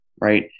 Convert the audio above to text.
right